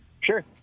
Sure